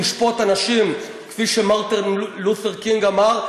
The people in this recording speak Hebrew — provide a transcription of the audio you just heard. נשפוט אנשים כפי שמרטין לותר קינג אמר: